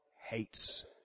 hates